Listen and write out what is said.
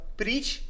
preach